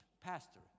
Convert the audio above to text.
pastor